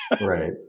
Right